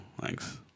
Thanks